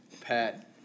Pat